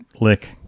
lick